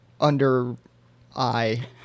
under-eye